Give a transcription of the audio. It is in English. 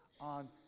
on